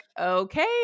okay